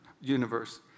universe